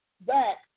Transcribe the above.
back